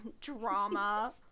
drama